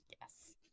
Yes